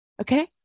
Okay